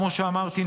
כמו שאמרתי,